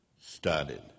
started